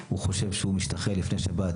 הוא חושב שהוא משתחרר לפני שבאת,